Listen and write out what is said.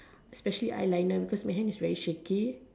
especially eyeliner because my hand is very shaky